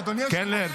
אדוני היושב-ראש,